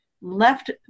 left